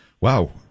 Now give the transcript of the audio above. Wow